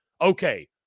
okay